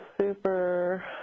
super